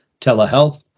telehealth